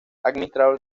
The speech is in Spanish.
administrador